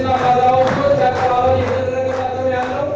no no no